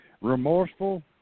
remorseful